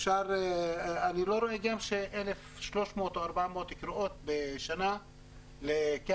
אני לא רואה גם ש-1,300 או 1,400 קריאות בשנה לכב"א,